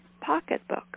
pocketbook